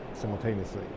simultaneously